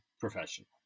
professional